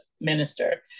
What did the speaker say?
minister